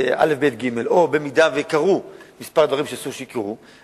א', ב', ג', או אם קרו כמה דברים שאסור שיקרו.